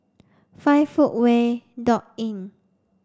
five footway dot Inn